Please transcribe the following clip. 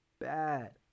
bad